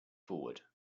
forward